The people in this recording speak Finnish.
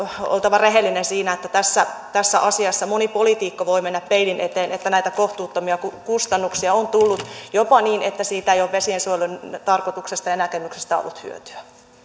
oltava rehellinen siinä että tässä tässä asiassa moni poliitikko voi mennä peilin eteen koska näitä kohtuuttomia kustannuksia on tullut jopa niin että siitä ei ole vesiensuojelun tarkoituksesta ja näkökulmasta ollut hyötyä